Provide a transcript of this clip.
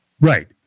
Right